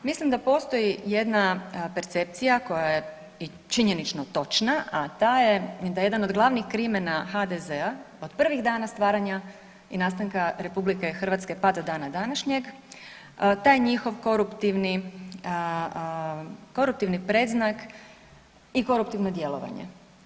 Mislim da postoji jedna percepcija koja je i činjenično točna, a ta je da je jedan od glavnih krimena HDZ-a od prvih dana stvaranja i nastanka RH pa do dana današnjeg taj njihov koruptivni predznak i koruptivno djelovanje.